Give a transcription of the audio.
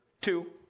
Two